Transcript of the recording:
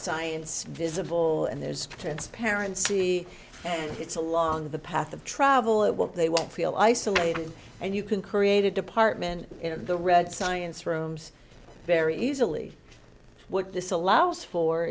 science visible and there's transparency and it's along the path of travel it won't they won't feel isolated and you can create a department in the red science rooms very easily what this allows for